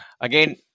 Again